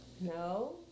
No